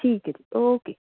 ਠੀਕ ਹੈ ਜੀ ਓਕੇ